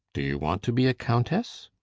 do you want to be a countess?